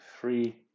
free